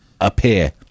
appear